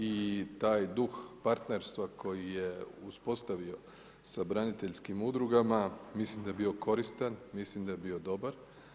I taj duh partnerstva koji je uspostavio sa braniteljskim udrugama mislim da je bio koristan, mislim da je bio dobar.